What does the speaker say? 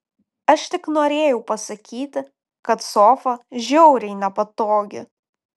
aš tik norėjau pasakyti kad sofa žiauriai nepatogi